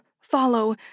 follow